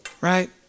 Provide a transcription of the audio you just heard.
right